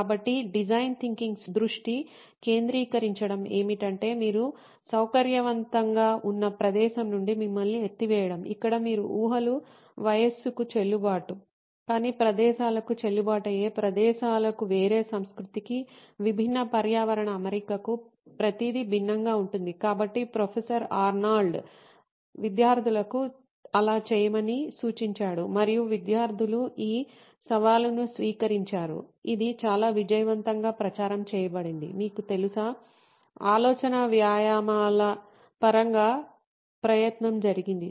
కాబట్టి design thinking దృష్టి కేంద్రీకరించడం ఏమిటంటే మీరు సౌకర్యవంతంగా ఉన్న ప్రదేశం నుండి మిమ్మల్ని ఎత్తివేయడం ఇక్కడ మీరు ఊహలు వయస్సుకు చెల్లుబాటు కాని ప్రదేశాలకు చెల్లుబాటు అయ్యే ప్రదేశాలకు వేరే సంస్కృతికి విభిన్న పర్యావరణ అమరికకు ప్రతిదీ భిన్నంగా ఉంటుంది కాబట్టి ప్రొఫెసర్ ఆర్నాల్డ్ విద్యార్థులకు అలా చేయమని సూచించాడు మరియు విద్యార్థులు ఈ సవాలును స్వీకరించారు ఇది చాలా విజయవంతంగా ప్రచారం చేయబడింది మీకు తెలుసా ఆలోచనా వ్యాయామాల పరంగా ప్రయత్నం జరిగింది